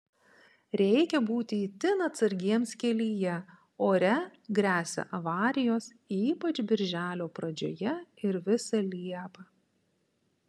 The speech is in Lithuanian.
reikia būti itin atsargiems kelyje ore gresia avarijos ypač birželio pradžioje ir visą liepą